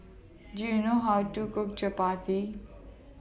Do YOU know How to Cook Chapati